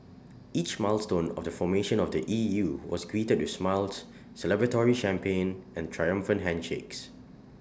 each milestone of the formation of the E U was greeted with smiles celebratory champagne and triumphant handshakes